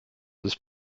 ist